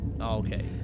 Okay